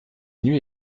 nuit